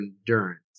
endurance